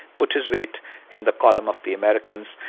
put his weight in the column of the americans,